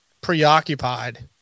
preoccupied